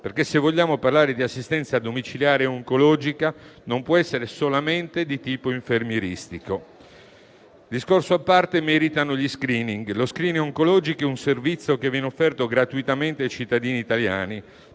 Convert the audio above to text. Se infatti vogliamo parlare di assistenza domiciliare oncologica, non può essere solamente di tipo infermieristico. Un discorso a parte meritano gli *screening*. Lo *screening* oncologico è un servizio che viene offerto gratuitamente ai cittadini italiani,